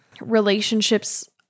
relationships